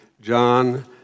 John